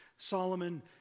Solomon